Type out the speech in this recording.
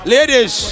Ladies